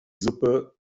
suppe